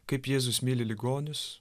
kaip jėzus myli ligonius